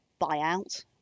buyout